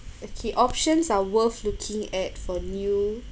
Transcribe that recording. okay options are worth looking at for new